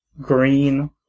Green